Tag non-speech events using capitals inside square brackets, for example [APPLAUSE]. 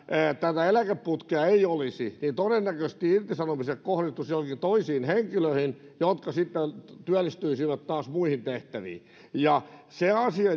tätä eläkeputkea ei olisi niin todennäköisesti irtisanomiset kohdistuisivat joihinkin toisiin henkilöihin jotka sitten työllistyisivät taas muihin tehtäviin se asia [UNINTELLIGIBLE]